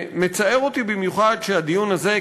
מצער אותי במיוחד שהדיון הזה,